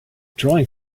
drawing